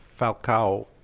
Falcao